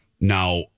Now